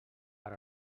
per